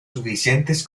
suficientes